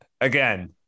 again